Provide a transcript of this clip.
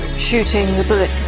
shooting the bullet.